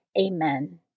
Amen